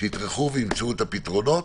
שיטרחו וימצאו את הפתרונות,